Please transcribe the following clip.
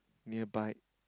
nearby